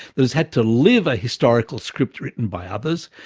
but has had to live a historical script written by others,